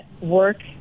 work